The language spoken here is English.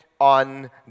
on